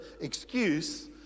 excuse